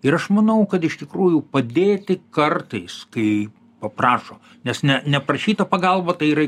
ir aš manau kad iš tikrųjų padėti kartais kai paprašo nes ne neprašyta pagalba tai yra